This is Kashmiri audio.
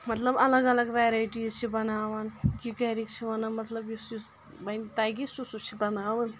مَطلَب الگ الگ ویٚرایٹیٖز چھِ بَناوان کہِ گٔرِکۍ چھِ وَنان مطلب یُس یُس وَنۍ تَگہِ سُہ سُہ چھِ بَناوُن